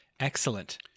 excellent